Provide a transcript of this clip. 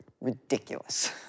ridiculous